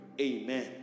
Amen